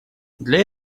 для